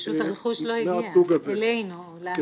פשוט הרכוש לא הגיע אלינו, לאנשים.